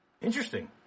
Interesting